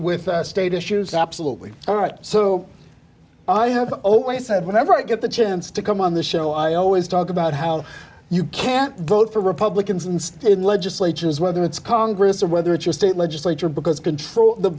with a state issues absolutely all right so i have always said whenever i get the chance to come on the show i always talk about how you can't vote for republicans and state legislatures whether it's congress or whether it's your state legislature because control the